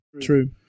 True